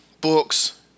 books